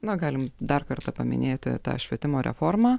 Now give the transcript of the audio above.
na galim dar kartą paminėti tą švietimo reformą